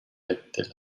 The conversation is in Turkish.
ettiler